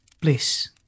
Bliss